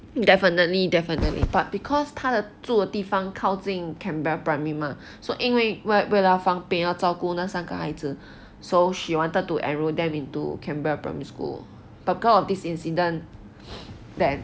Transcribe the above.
definitely definitely but because 他的住的地方靠近 canberra primary mah so 因为为了他方便要照顾那三个孩子 so she wanted to enrol them into canberra primary school but because of this incident then